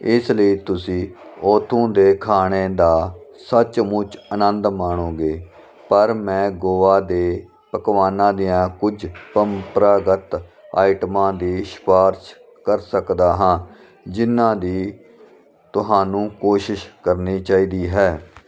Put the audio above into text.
ਇਸ ਲਈ ਤੁਸੀਂ ਉੱਥੋਂ ਦੇ ਖਾਣੇ ਦਾ ਸੱਚਮੁੱਚ ਆਨੰਦ ਮਾਣੋਗੇ ਪਰ ਮੈਂ ਗੋਆ ਦੇ ਪਕਵਾਨਾਂ ਦੀਆਂ ਕੁਝ ਪਰੰਪਰਾਗਤ ਆਈਟਮਾਂ ਦੀ ਸਿਫ਼ਾਰਸ਼ ਕਰ ਸਕਦਾ ਹਾਂ ਜਿਹਨਾਂ ਦੀ ਤੁਹਾਨੂੰ ਕੋਸ਼ਿਸ਼ ਕਰਨੀ ਚਾਹੀਦੀ ਹੈ